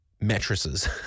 mattresses